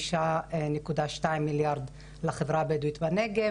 5.2 לחברה הבדואית בנגב